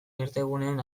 irtenguneen